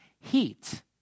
heat